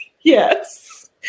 Yes